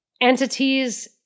entities